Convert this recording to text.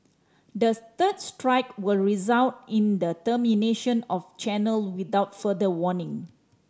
the third strike will result in the termination of channel without further warning